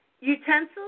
utensils